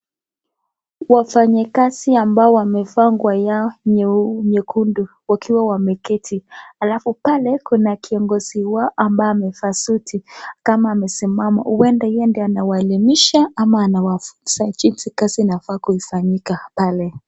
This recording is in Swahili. Wafanyikazi ambao wamevaa nguo yao nyekundu wakiwa wameketi alafu pale kuna kiongizi wao ambaye amevaa suti kama amesimama uenda yeye anawahelimisha ama wanawafunza jinzi kazi inafaa kufanyika pale.